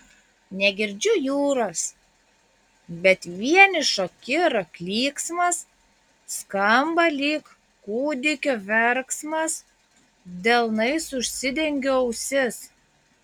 negirdžiu jūros bet vienišo kiro klyksmas skamba lyg kūdikio verksmas delnais užsidengiu ausis